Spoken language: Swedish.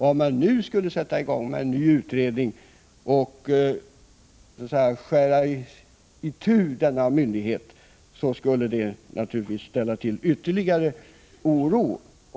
Om man nu skulle sätta i gång med en ny utredning och så att säga skära itu denna myndighet, skulle det naturligtvis framkalla ytterligare oro.